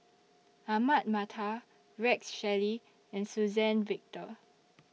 Ahmad Mattar Rex Shelley and Suzann Victor